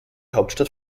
hauptstadt